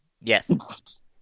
Yes